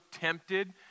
tempted